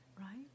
right